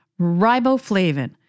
riboflavin